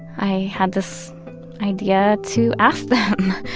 i had this idea to ask them,